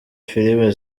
filime